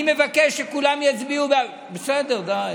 אני מבקש שכולם יצביעו, בסדר, די,